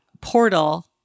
portal